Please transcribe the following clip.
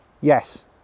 yes